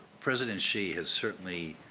president xi has certainly